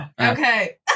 Okay